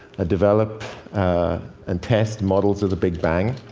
ah develop and test models of the big bang,